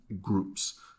groups